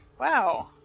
wow